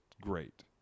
great